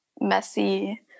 messy